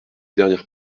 dernière